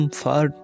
far